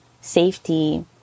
safety